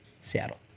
Seattle